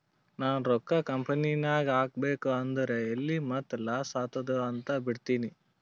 ನಾ ರೊಕ್ಕಾ ಕಂಪನಿನಾಗ್ ಹಾಕಬೇಕ್ ಅಂದುರ್ ಎಲ್ಲಿ ಮತ್ತ್ ಲಾಸ್ ಆತ್ತುದ್ ಅಂತ್ ಬಿಡ್ತೀನಿ